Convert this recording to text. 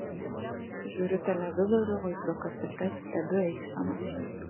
žiūriu televizorių vaizdo kasetes stebiu eiseną